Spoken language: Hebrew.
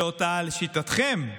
שאותה, לשיטתכם,